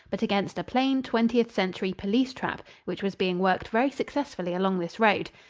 but against a plain, twentieth century police trap which was being worked very successfully along this road.